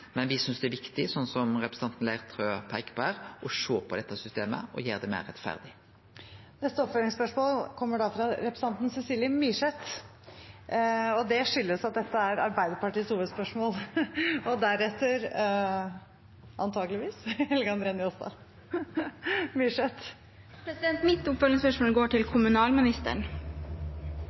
Men me synest det er viktig, som representanten Leirtrø peiker på her, å sjå på dette systemet og gjere det meir rettferdig. Cecilie Myrseth – til oppfølgingsspørsmål. Mitt oppfølgingsspørsmål går til kommunalministeren.